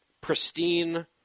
pristine